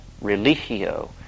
religio